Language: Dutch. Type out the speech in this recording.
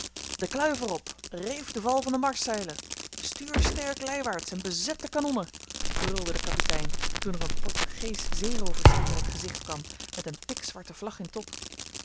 de kluiver op reef de val van de marszeilen stuur sterk lijwaarts en bezet de kanonnen brulde de kapitein toen er een portugeesch zeerooverschip in het gezicht kwam met een pikzwarte vlag in top